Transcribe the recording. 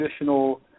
additional